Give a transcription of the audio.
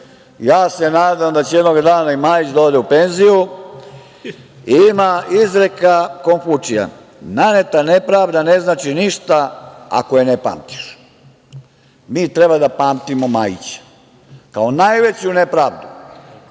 nadam se da će jednog dana i Majić da ode u penziju. Ima izreka Konfučija - naneta nepravda ne znači ništa, ako je ne pamtiš. Mi treba da pamtimo Majića, kao najveću nepravdu.